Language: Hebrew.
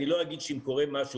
אני לא אגיד שאם קורה משהו,